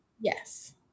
Yes